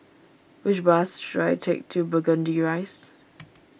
which bus should I take to Burgundy Rise